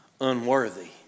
unworthy